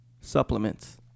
supplements